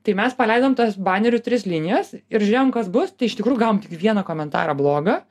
tai mes paleidom tas banerių tris linijas ir žiūrėjom kas bus tai iš tikrųjų gavom tik vieną komentarą blogą